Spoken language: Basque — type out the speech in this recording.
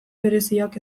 bereziak